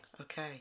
Okay